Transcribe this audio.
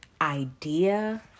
idea